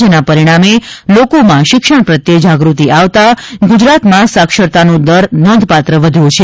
જેના પરિણામે લોકોમાં શિક્ષણ પ્રત્યે જાગૃતિ આવતા ગુજરાતમાં સાક્ષતરાનો દર નોંધપાત્ર વધ્યો છે